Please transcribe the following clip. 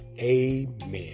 Amen